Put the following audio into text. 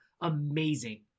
amazing